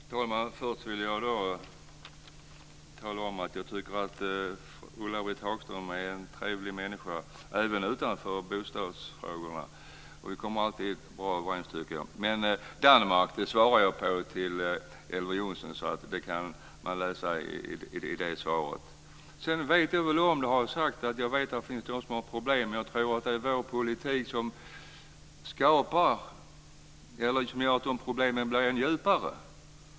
Fru talman! Först vill jag tala om att jag tycker att Ulla-Britt Hagström är en trevlig människa även utanför bostadsutskottet. Vi kommer alltid bra överens, tycker jag. Frågan om Danmark svarade jag Elver Jonsson på. Det svaret kan man läsa i protokollet. Jag har sagt att jag vet att det finns de som har problem, men jag tror att det är vår politik som gör att de problemen blir än djupare.